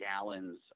gallons